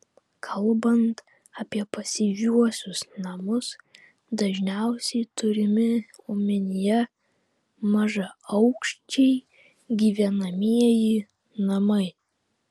kalbant apie pasyviuosius namus dažniausiai turimi omenyje mažaaukščiai gyvenamieji namai